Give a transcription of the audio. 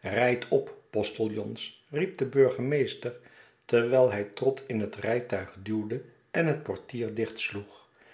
rydt op postiljons riep de burgemeester terwijl hij trott in het rtjtuig duwde en het portier